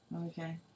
Okay